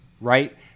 right